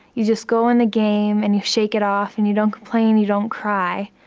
you just go in the game and you shake it off and you don't complain, you don't cry.